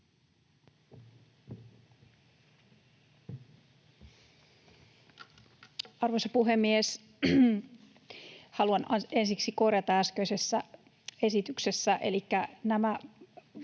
Arvoisa puhemies! Haluan ensiksi korjata äskeisen esityksen